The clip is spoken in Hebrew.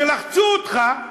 כשלחצו אותך,